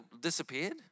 disappeared